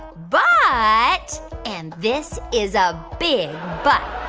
but and this is a big but.